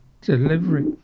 delivery